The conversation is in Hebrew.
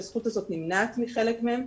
שהזכות הזאת נמנעת מחלק מהם,